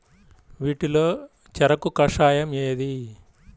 వీటిలో చెరకు కషాయం ఏది?